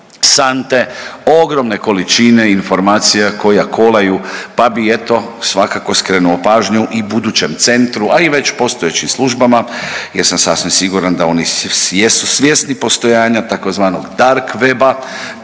sante ogromne količine informacija koja kolaju pa bi eto svakako skrenuo pažnju i budućem centru, a i već postojećim službama jer sam sasvim siguran da oni jesu svjesni postojanja tzv. dark weba,